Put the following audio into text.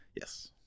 yes